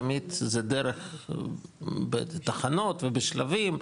תמיד זה דרך בתחנות ובשלבים,